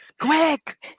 quick